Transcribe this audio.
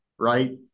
right